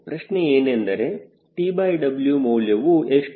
ಪ್ರಶ್ನೆಯೇನೆಂದರೆ TW ಮೌಲ್ಯವು ಎಷ್ಟು